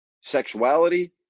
sexuality